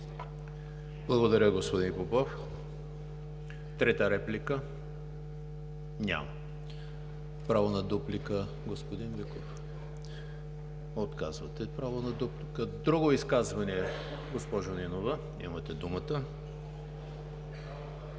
Благодаря Ви, господин Попов. Трета реплика? Няма. Право на дуплика, господин Биков? Отказвате правото на дуплика. Други изказвания? Госпожо Нинова, имате думата.